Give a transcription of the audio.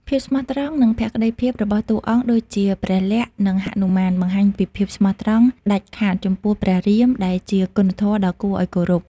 ភាពស្មោះត្រង់ និងភក្ដីភាពរបស់តួអង្គដូចជាព្រះលក្សណ៍ និងហនុមាន បង្ហាញពីភាពស្មោះត្រង់ដាច់ខាតចំពោះព្រះរាម ដែលជាគុណធម៌ដ៏គួរឱ្យគោរព ។